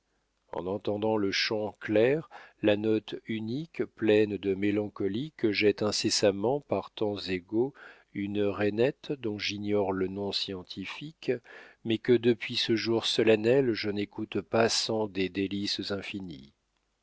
en entendant le chant clair la note unique pleine de mélancolie que jette incessamment par temps égaux une rainette dont j'ignore le nom scientifique mais que depuis ce jour solennel je n'écoute pas sans des délices infinies